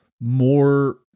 More